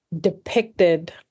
depicted